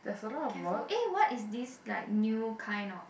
careful eh what is this like new kind of